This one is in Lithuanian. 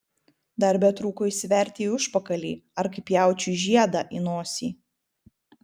dar betrūko įsiverti į užpakalį ar kaip jaučiui žiedą į nosį